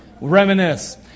Reminisce